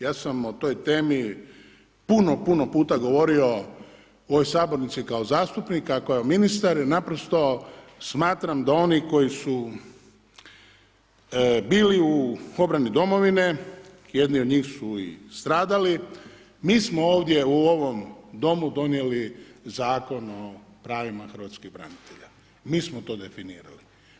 Ja sam o toj temi puno, puno puta govorio u ovoj sabornici kao zastupnik i kao ministar i naprosto smatram da oni koji su bili u obrani domovine, jedni od njih su i stradali, mi smo ovdje u ovom Domu donijeli Zakon o pravima hrvatskih branitelja i mi smo to definirali.